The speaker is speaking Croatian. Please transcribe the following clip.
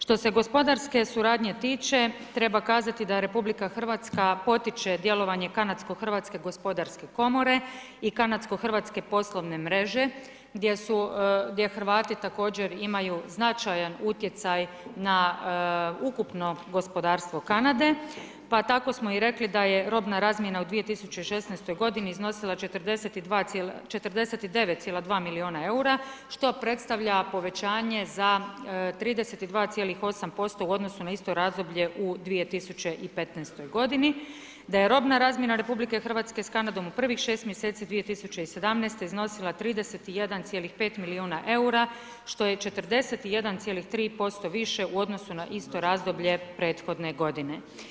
Što se gospodarske suradnje tiče, treba kazati da RH potiče djelovanje Kanadsko-hrvatske gospodarske komore i Kanadsko-hrvatske poslovne mreže gdje Hrvati također imaju značajan utjecaj na ukupno gospodarstvo Kanade, pa tako smo i rekli da je robna razmjena u 2016. godini iznosila 49,2 milijuna eura što predstavlja povećanje za 32,8% u odnosu na isto razdoblje u 2015. godini, da je robna razmjena RH s Kanadom u prvih šest mjeseci 2017. iznosila 31,5 milijuna eura što je 41,3% više u odnosu na isto razdoblje prethodne godine.